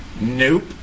Nope